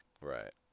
right